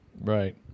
Right